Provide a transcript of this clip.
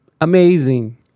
Amazing